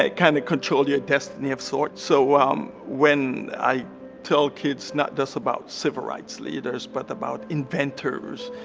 ah kind of controls your destiny, of sorts. so um when i tell kids not just about civil rights leaders, but about inventors,